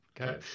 okay